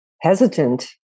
hesitant